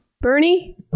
Bernie